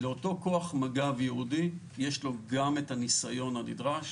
לאותו כוח מג"ב ייעודי יש גם את הניסיון הנדרש,